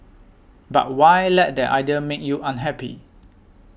but why let that idea make you unhappy